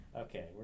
Okay